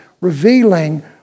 revealing